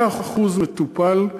100% מטופל.